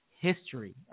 history